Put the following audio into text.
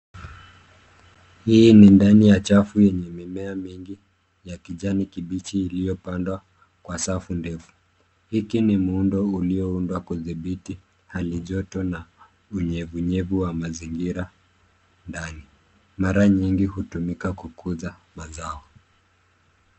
Hii ni ndani ya chafu yenye mimea mingi ya kijani kibichi iliyopandwa kwa safu ndefu ,Hiki ni muundo ulioundwa kudhibiti hali joto na unyevu nyevu wa mazingira ndani. Mara nyingi hutumika kukuza mazao.